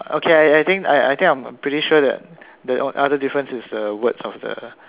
uh okay I I think I I think I'm pretty sure that the other difference is the words of the